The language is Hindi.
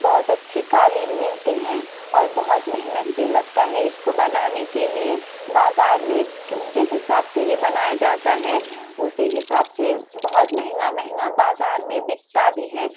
बहुत अच्छी क़ालीन मिलती हैं और बहुत मेहनत भी लगती है इसको बनाने के लिए बाज़ार में इस जिस हिसाब से यह बनाया जाता है उसी हिसाब से बहुत महँगा महँगा बाज़ार में बिकता भी है